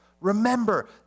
Remember